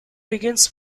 begins